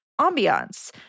ambiance